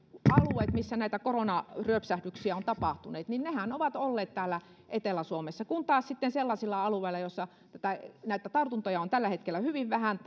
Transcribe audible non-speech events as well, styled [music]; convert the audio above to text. alueet missä näitä koronaryöpsähdyksiä on tapahtunut ovat olleet täällä etelä suomessa kun taas sitten sellaisilla alueilla joissa näitä tartuntoja on tällä hetkellä hyvin vähän [unintelligible]